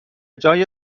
جای